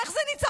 איך זה ניצחון?